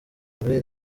muri